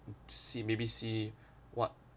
see maybe see what